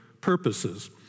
purposes